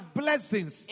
blessings